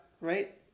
Right